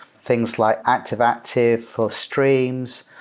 things like active-active or streams.